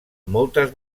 moltes